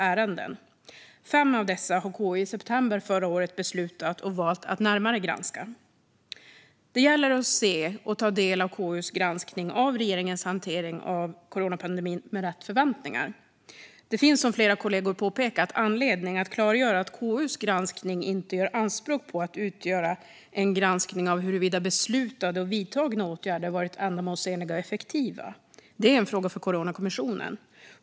Fem av dessa ärenden har KU i september förra året beslutat om och valt att närmare granska. Det gäller att se och ta del av KU:s granskning av regeringens hantering av coronapandemin med rätt förväntningar. Det finns, som flera kollegor har påpekat, anledning att klargöra att KU:s granskning inte gör anspråk på att utgöra en granskning av huruvida beslutade och vidtagna åtgärder varit ändamålsenliga och effektiva. Det är en fråga för Coronakommissionen.